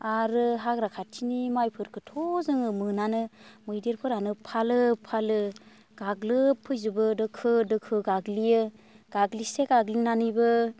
आरो हाग्रा खाथिनि माइफोरखौथ' जोङो मोनानो मैदेरफोरानो फालो फालो गाग्लोबफैजोबो दोखो दोखो गाग्लियो गाग्लिसे गाग्लिनानैबो